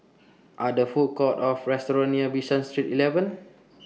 Are There Food Courts Or restaurants near Bishan Street eleven